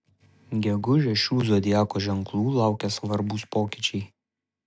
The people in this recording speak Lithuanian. gegužę šių zodiako ženklų laukia svarbūs pokyčiai